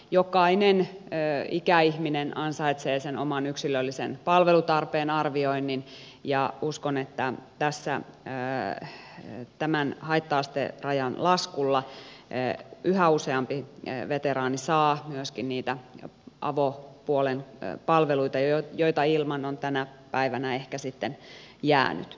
jokainen ikäihminen ansaitsee sen oman yksilöllisen palvelutarpeen arvioinnin ja uskon että tässä tämän haitta asterajan laskulla yhä useampi veteraani saa myöskin niitä avopuolen palveluita joita ilman on tänä päivänä ehkä sitten jäänyt